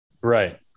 Right